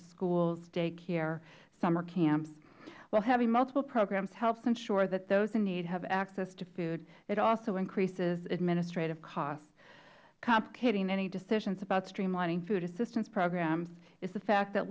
as schools day care and summer camps while having multiple programs helps ensure that those in need have access to food it also increases administrative costs complicating any decisions about streamlining food assistance programs is the fact that